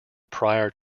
prior